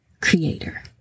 creator